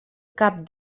cap